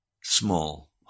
small